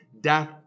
death